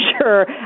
sure